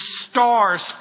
stars